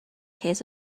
case